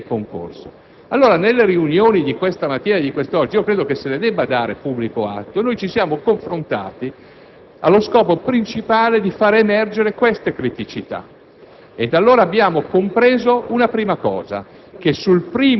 e infine il sistema dell'accesso in magistratura e dei concorsi. Nelle riunioni di questa mattina e di questo pomeriggio - credo che se ne debba dare pubblico atto - ci siamo confrontati allo scopo principale di far emergere queste criticità.